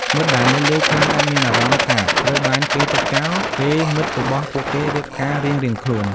មិត្តដែលនៅលីវខ្លះអាចមានអារម្មណ៍ថាត្រូវបានគេទុកចោល ពេលមិត្តរបស់ពួកគេរៀបការរៀងៗខ្លួន។